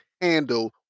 handle